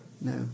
No